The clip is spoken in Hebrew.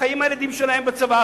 חיים עם הילדים שלהם בצבא,